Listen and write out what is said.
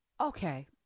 Okay